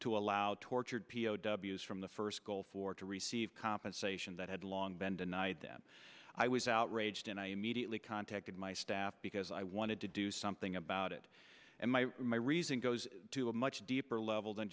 to allow tortured p o w s from the first gulf war to receive compensation that had long been denied them i was outraged and i immediately contacted my staff because i wanted to do something about it and my my reason goes to a much deeper level than